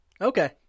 Okay